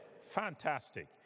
Fantastic